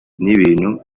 n’ibintu